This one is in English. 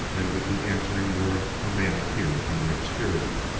and with the answering word a man appeared from the obscurity.